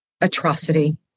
atrocity